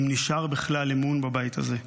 אם נשאר בכלל אמון בבית הזה.